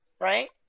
right